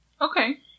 Okay